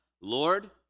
Lord